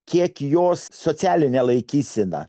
kiek jos socialinę laikyseną